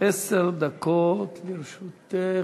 עשר דקות לרשותך.